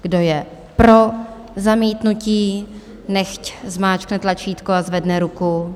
Kdo je pro zamítnutí, nechť zmáčkne tlačítko a zvedne ruku.